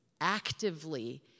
actively